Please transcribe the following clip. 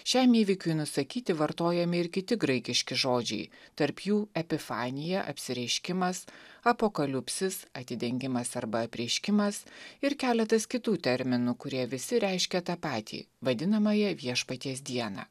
šiam įvykiui nusakyti vartojami ir kiti graikiški žodžiai tarp jų epifanija apsireiškimas apokaliupsis atidengimas arba apreiškimas ir keletas kitų terminų kurie visi reiškia tą patį vadinamąją viešpaties dieną